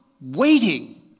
waiting